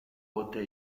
pote